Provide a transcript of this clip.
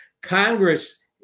Congress